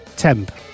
temp